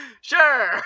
sure